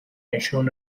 عشرون